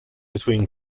between